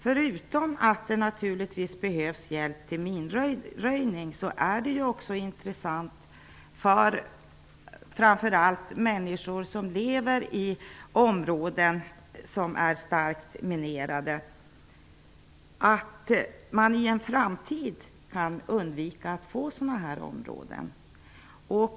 Förutom behovet av hjälp till minröjning är det angeläget framför allt för människor som lever i starkt minerade områden att minering undviks i framtiden.